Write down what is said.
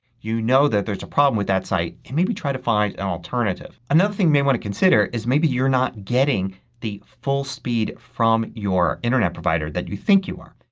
you know that there's a problem with that site, and maybe try to find an alternative. another thing you may want to consider is maybe you're not getting the full speed from your internet provider that you think you are.